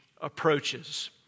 approaches